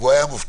הוא היה מופתע.